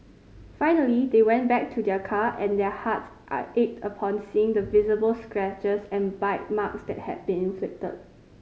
finally they went back to their car and their hearts ached upon seeing the visible scratches and bite marks that had been inflicted